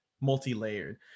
multi-layered